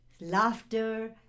laughter